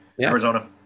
Arizona